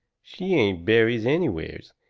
she ain't buried anywheres.